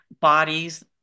bodies